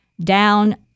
down